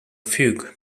fugue